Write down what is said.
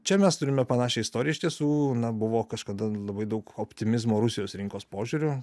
čia mes turime panašią istoriją iš tiesų buvo kažkada labai daug optimizmo rusijos rinkos požiūriu